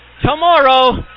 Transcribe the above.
tomorrow